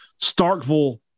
Starkville